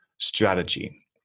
strategy